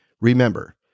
remember